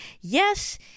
Yes